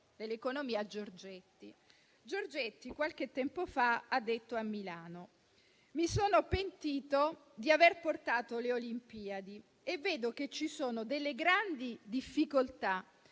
dell'economia Giorgetti, il quale qualche tempo fa ha detto a Milano: mi sono pentito di aver portato le Olimpiadi e vedo che ci sono delle grandi difficoltà